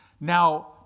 Now